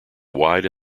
wide